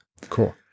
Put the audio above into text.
Cool